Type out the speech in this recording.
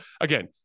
again